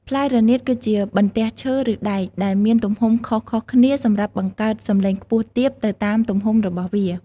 ផ្លែរនាតគឺជាបន្ទះឈើឬដែកដែលមានទំហំខុសៗគ្នាសម្រាប់បង្កើតសំឡេងខ្ពស់ទាបទៅតាមទំហំរបស់វា។